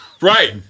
Right